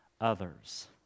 others